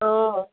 অঁ